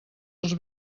als